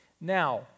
Now